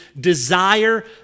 desire